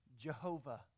Jehovah